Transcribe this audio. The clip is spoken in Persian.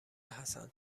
حسن